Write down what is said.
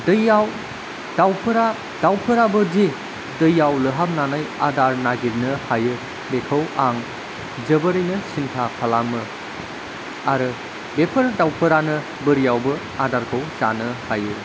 दैयाव दाउफोरा दाउफोराबोदि दैयाव लोहाबनानै आदार नागिरनो हायो बेखौ आं जोबोरैनो सिन्था खालामो आरो बेफोर दाउफोरानो बोरियावबो आदारखौ जानो हायो